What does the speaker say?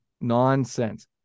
Nonsense